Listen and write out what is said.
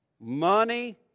Money